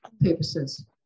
purposes